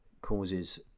causes